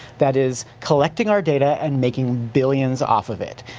that is collecting our data and making billions off of it.